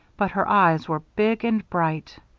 but her eyes were big and bright.